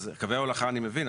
אז קווי הולכה אני מבין.